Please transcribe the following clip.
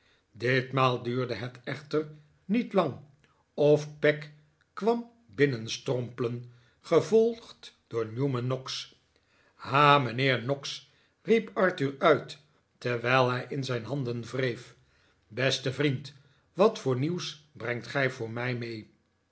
ditmaal duurde het echter niet lang of peg kwam binnenstrompelen gevolgd door newman noggs ha mijnheer noggs riep arthur uit terwijl hij in zijn handen wreef beste vriend wat voor nieuws brengt gij voor mij mee